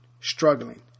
struggling